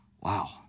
Wow